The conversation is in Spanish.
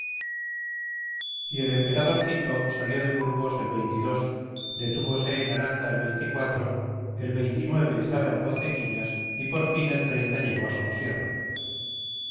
y el emperadorcito salió de burgos el detúvose en aranda el el estaba en boceguillas y por fin el llegó a